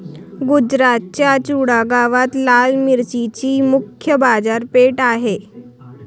गुजरातच्या चुडा गावात लाल मिरचीची मुख्य बाजारपेठ आहे